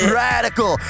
radical